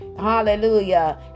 Hallelujah